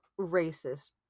racist